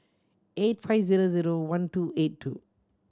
eight five zero zero one two eight two